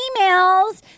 emails